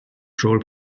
troll